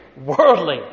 Worldly